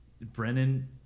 Brennan